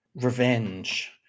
revenge